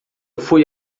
fui